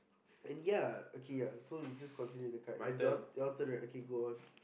and ya okay yeah so you just continue the card your your turn right okay go on